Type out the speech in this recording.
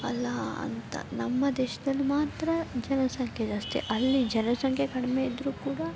ಅಲ್ಲ ಅಂತ ನಮ್ಮ ದೇಶದಲ್ಲಿ ಮಾತ್ರ ಜನಸಂಖ್ಯೆ ಜಾಸ್ತಿ ಅಲ್ಲಿ ಜನಸಂಖ್ಯೆ ಕಡಿಮೆ ಇದ್ದರೂ ಕೂಡ